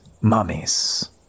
mummies